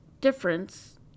difference